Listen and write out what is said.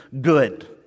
good